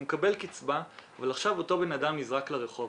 הוא מקבל קצבה אבל עכשיו אותו אדם נזרק לרחוב.